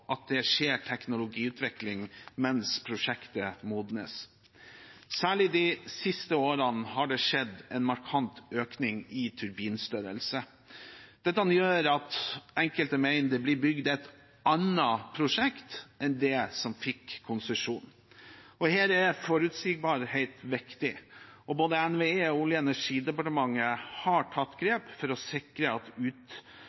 at det skjer teknologiutvikling mens prosjektet modnes. Særlig de siste årene har det skjedd en markant økning i turbinstørrelse. Dette gjør at enkelte mener det blir bygd et annet prosjekt enn det som fikk konsesjon. Her er forutsigbarhet viktig. Både NVE og Olje- og energidepartementet har tatt